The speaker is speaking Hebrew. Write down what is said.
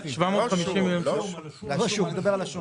אני מדבר על השום.